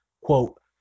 Quote